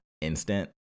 instant